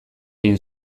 egin